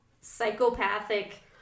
psychopathic